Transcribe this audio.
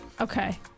Okay